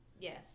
yes